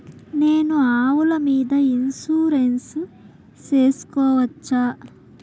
నేను ఆవుల మీద ఇన్సూరెన్సు సేసుకోవచ్చా?